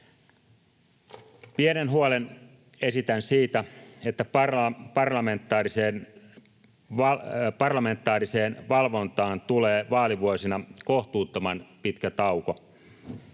Pienen huolen esitän siitä, että parlamentaariseen valvontaan tulee vaalivuosina kohtuuttoman pitkä tauko.